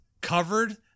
covered